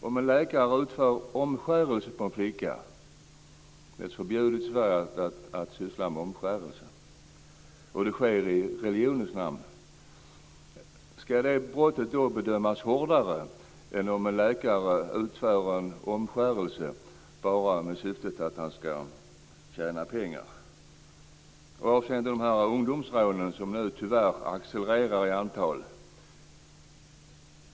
Om en läkare utför omskärelse på en flicka - det är förbjudet i Sverige att syssla med omskärelse - och det sker i religionens namn, ska det brottet bedömas hårdare än om en läkare utför omskärelse bara med syftet att tjäna pengar? Tyvärr accelererar ungdomsrånen i antal.